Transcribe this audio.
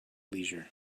leisure